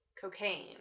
Cocaine